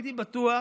הייתי בטוח